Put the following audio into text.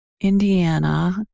Indiana